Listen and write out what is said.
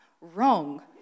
wrong